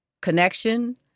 connection